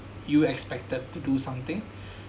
you expected to do something